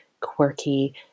quirky